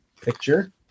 picture